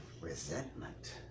resentment